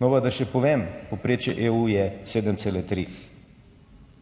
No pa naj še povem, povprečje EU je 7,3.